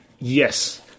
Yes